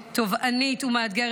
פנינה תמנו (המחנה הממלכתי): עליזה,